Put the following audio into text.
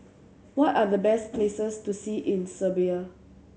what are the best places to see in Serbia